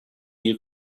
you